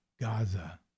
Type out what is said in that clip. Gaza